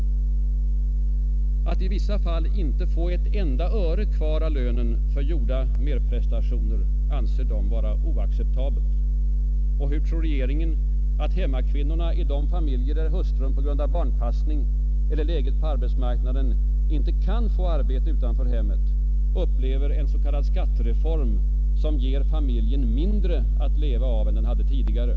Att i vissa fall inte få ett enda öre kvar av lönen för gjorda merprestationer anser de vara oacceptabelt. Och hur tror regeringen att hemmakvinnorna i de familjer där hustrun, på grund av barnpassning eller läget på arbetsmarknaden, icke kan få arbete utanför hemmet upplever en s.k. skattereform som ger familjen mindre att leva för än den hade tidigare?